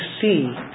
see